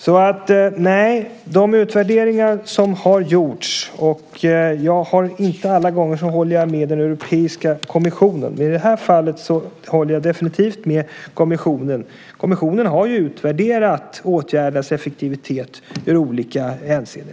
När det gäller de utvärderingar som har gjorts håller jag inte alla gånger med den europeiska kommissionen, men i det här fallet håller jag definitivt med den. Kommissionen har ju utvärderat åtgärdernas effektivitet i olika hänseenden.